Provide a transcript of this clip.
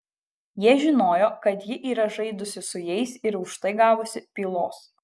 jie žinojo kad ji yra žaidusi su jais ir už tai gavusi pylos